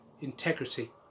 integrity